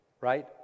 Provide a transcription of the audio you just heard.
right